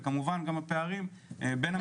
וכמובן גם הפערים בין המחוזות.